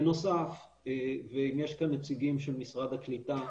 בנוסף, ואם יש כאן נציגים של משרד הקליטה,